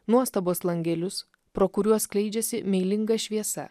nuostabos langelius pro kuriuos skleidžiasi meilinga šviesa